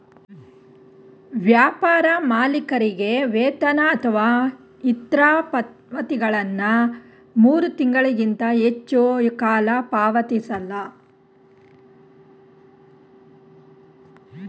ವ್ಯಾಪಾರ ಮಾಲೀಕರಿಗೆ ವೇತನ ಅಥವಾ ಇತ್ರ ಪಾವತಿಗಳನ್ನ ಮೂರು ತಿಂಗಳಿಗಿಂತ ಹೆಚ್ಚು ಹೆಚ್ಚುಕಾಲ ಪಾವತಿಸಲ್ಲ